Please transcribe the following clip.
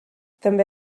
també